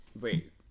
Wait